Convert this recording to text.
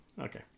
okay